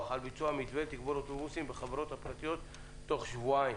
על ביצוע מתווה תגבור אוטובוסים בחברות הפרטיות תוך שבועיים.